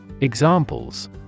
Examples